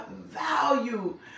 value